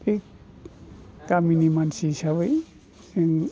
थिख गामिनि मानसि हिसाबै जों